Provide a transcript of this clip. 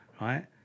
right